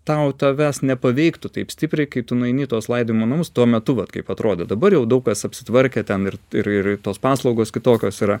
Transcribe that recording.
tau tavęs nepaveiktų taip stipriai kai tu nueini į tuos laidojimo namus tuo metu vat kaip atrodė dabar jau daug kas apsitvarkė ten ir ir ir tos paslaugos kitokios yra